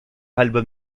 album